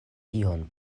ion